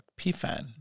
PFAN